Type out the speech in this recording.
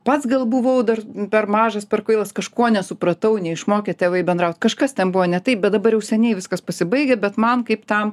pats gal buvau dar per mažas per kvailas kažkuo nesupratau neišmokė tėvai bendraut kažkas ten buvo ne taip bet dabar jau seniai viskas pasibaigę bet man kaip tam